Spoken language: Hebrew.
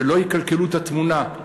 שלא יקלקלו את התמונה.